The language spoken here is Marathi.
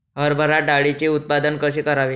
हरभरा डाळीचे उत्पादन कसे करावे?